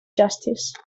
justice